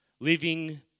living